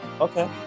Okay